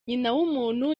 nyinawumuntu